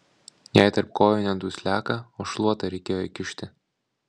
jai tarp kojų ne dusliaką o šluotą reikėjo įkišti